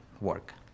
work